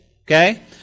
okay